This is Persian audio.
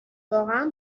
واقعا